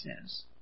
says